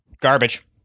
Garbage